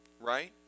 right